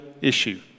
issue